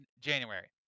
january